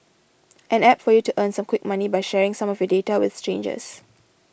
an App for you to earn some quick money by sharing some of your data with strangers